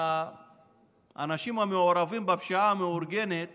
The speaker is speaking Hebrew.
האנשים המעורבים בפשיעה המאורגנת